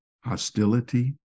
hostility